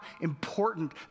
important